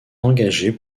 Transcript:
engagés